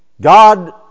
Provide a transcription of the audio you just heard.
God